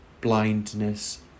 blindness